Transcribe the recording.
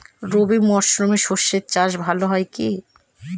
রবি মরশুমে সর্ষে চাস ভালো হয় কি?